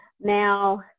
Now